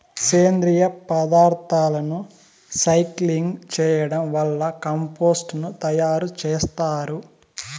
సేంద్రీయ పదార్థాలను రీసైక్లింగ్ చేయడం వల్ల కంపోస్టు ను తయారు చేత్తారు